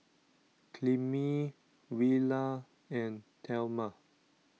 Clemie Willa and thelma